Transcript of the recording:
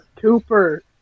Cooper